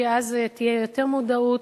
כי אז תהיה יותר מודעות,